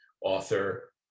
author